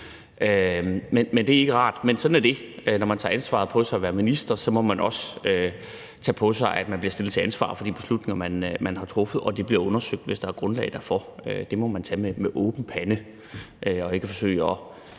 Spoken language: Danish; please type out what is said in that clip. ting. Det er ikke rart, men sådan er det. Men når man tager det ansvar på sig at være minister, må man også tage det på sig, at man bliver stillet til ansvar for de beslutninger, man har truffet, og at det bliver undersøgt, hvis der er grundlag derfor. Det må man tage med åben pande og ikke forsøge at